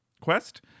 quest